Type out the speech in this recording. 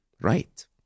right